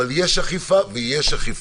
אבל יש אכיפה ויש אכיפה.